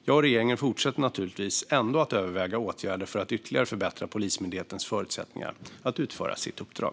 Jag och regeringen fortsätter naturligtvis ändå att överväga åtgärder för att ytterligare förbättra Polismyndighetens förutsättningar att utföra sitt uppdrag.